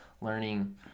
learning